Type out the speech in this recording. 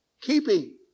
keeping